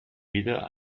wieder